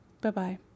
Bye-bye